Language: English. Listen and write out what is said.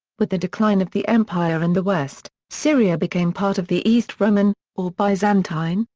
with the decline of the empire in the west, syria became part of the east roman, or byzantine,